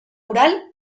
oral